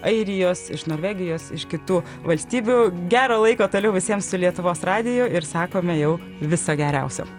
airijos iš norvegijos iš kitų valstybių gero laiko toliau visiems su lietuvos radiju ir sakome jau viso geriausio